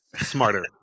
smarter